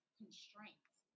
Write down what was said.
constraints